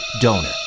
donor